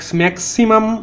maximum